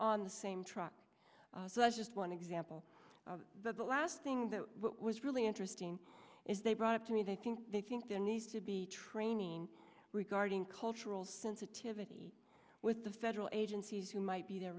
on the same truck so that's just one example the last thing that was really interesting is they brought up to me they think they think there needs to be training regarding cultural sensitivity with the federal agencies who might be the